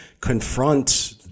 confront